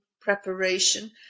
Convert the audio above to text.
preparation